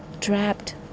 trapped